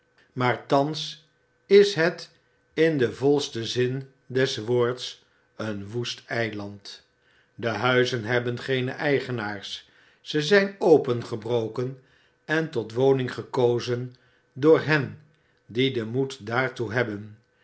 maar thans is het in den volsten zin des woords een woest eiland de huizen hebben geene eigenaars ze zijn opengebroken en tot woning gekozen door hen die den moed daartoe hebben